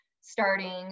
starting